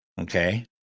okay